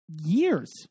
years